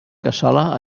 cassola